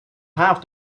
have